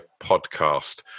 podcast